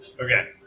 Okay